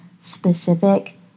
specific